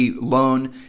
loan